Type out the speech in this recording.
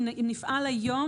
אם נפעל היום,